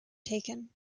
taken